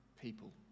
people